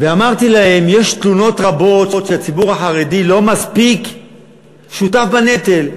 ואמרתי להם: יש תלונות רבות שהציבור החרדי לא מספיק שותף בנטל,